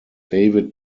david